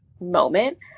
moment